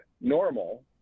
normal